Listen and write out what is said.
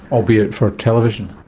albeit for television?